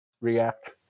React